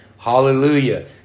hallelujah